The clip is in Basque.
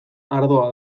ardoa